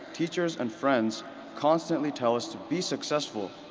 teachers, and friends constantly tell us to be successful.